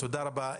תודה רבה.